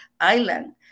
island